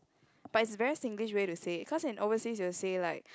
but is very Singlish way to say because in overseas you will say like